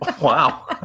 Wow